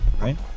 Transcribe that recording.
Right